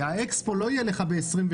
כי האקספו לא יהיה לך ב-2022.